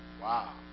Wow